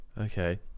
Okay